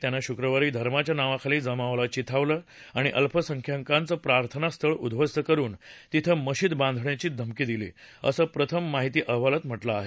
त्यानं शुक्रवारी धर्माच्या नावाखाली जमावाला चिथावलं आणि अल्पसंख्यकांचं प्रार्थना स्थळ उदृध्वस्त करुन तिथं मशिद बांधण्याची धमकी दिली असं प्रथम माहिती अहवालात म्हटलं आहे